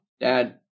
Dad